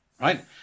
right